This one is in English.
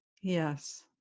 Yes